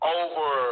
over